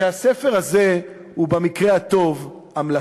שהספר הזה הוא במקרה הטוב המלצה.